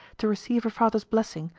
to receive her father's blessing,